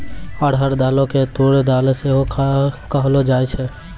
अरहर दालो के तूर दाल सेहो कहलो जाय छै